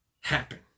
happen